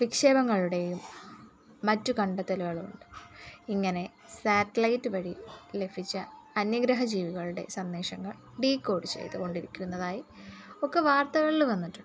വിക്ഷേപങ്ങളുടെയും മറ്റ് കണ്ടെത്തലുകളുണ്ട് ഇങ്ങനെ സാറ്റ്ലൈറ്റ് വഴി ലഭിച്ച അന്യഗ്രഹജീവികളുടെ സന്ദേശങ്ങൾ ഡിക്കോട് ചെയ്തുകൊണ്ടിരിക്കുന്നതായി ഒക്കെ വാർത്തകളിൽ വന്നിട്ടുണ്ട്